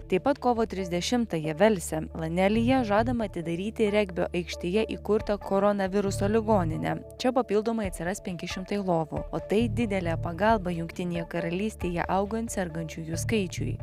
taip pat kovo trisdešimtąją velse lanelyje žadama atidaryti regbio aikštėje įkurtą koronaviruso ligoninę čia papildomai atsiras penki šimtai lovų o tai didelė pagalba jungtinėje karalystėje augant sergančiųjų skaičiui